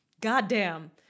Goddamn